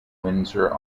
windsor